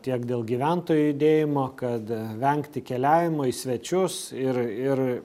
tiek dėl gyventojų judėjimo kad vengti keliavimo į svečius ir ir